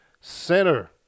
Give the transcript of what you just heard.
Center